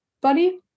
buddy